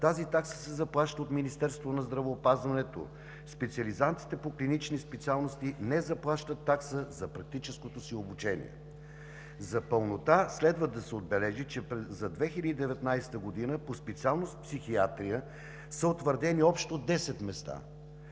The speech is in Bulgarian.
тази такса се заплаща от Министерството на здравеопазването. Специализантите по клинични специалности не заплащат такса за практическото си обучение. За пълнота следва да се отбележи, че за 2019 г. по специалност „Психиатрия“ са утвърдени общо 10 места,